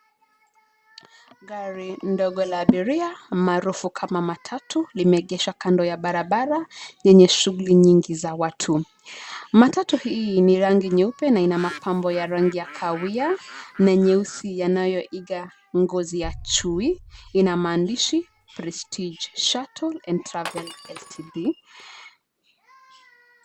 Gari ndogo la abiria maarufu kama matatu limeegeshwa kando ya barabara yenye shughuli nyingi za watu. Matatu hii ni rangi nyeupe na ina mapambo ya rangi ya kahawia na nyeusi yanayoiga ngozi ya chui ina maandishi Prestige Shuttle & Travel LTD .